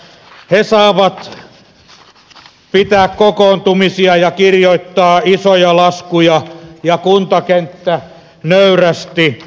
he saavat pitää kokoontumisia ja kirjoittaa isoja laskuja ja kuntakenttä nöyrästi maksaa